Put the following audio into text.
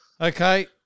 Okay